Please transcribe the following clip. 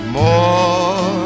more